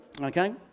okay